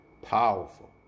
powerful